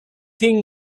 thing